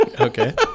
Okay